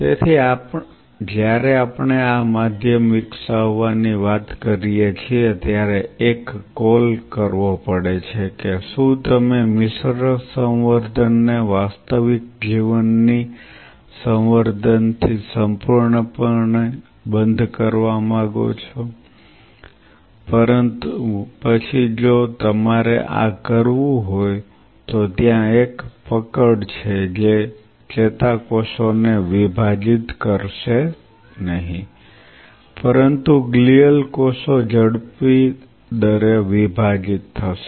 તેથી જ્યારે આપણે આ માધ્યમ વિકસાવવાની વાત કરીએ છીએ ત્યારે એક કોલ કરવો પડે છે કે શું તમે મિશ્ર સંવર્ધન ને વાસ્તવિક જીવનની સંવર્ધન થી સંપૂર્ણપણે બંધ કરવા માંગો છો પરંતુ પછી જો તમારે આ કરવું હોય તો ત્યાં એક પકડ છે કે જે ચેતાકોષો ને વિભાજીત કરશે નહિ પરંતુ ગ્લિઅલ કોષો ઝડપી દરે વિભાજિત થશે